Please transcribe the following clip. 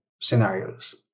scenarios